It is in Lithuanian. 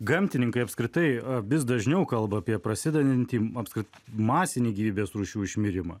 gamtininkai apskritai vis dažniau kalba apie prasidedantį apskri masinį gyvybės rūšių išmirimą